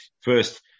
first